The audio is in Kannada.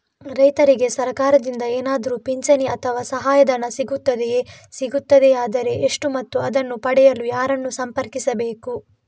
ರೈತರಿಗೆ ಸರಕಾರದಿಂದ ಏನಾದರೂ ಪಿಂಚಣಿ ಅಥವಾ ಸಹಾಯಧನ ಸಿಗುತ್ತದೆಯೇ, ಸಿಗುತ್ತದೆಯಾದರೆ ಎಷ್ಟು ಮತ್ತು ಅದನ್ನು ಪಡೆಯಲು ಯಾರನ್ನು ಸಂಪರ್ಕಿಸಬೇಕು?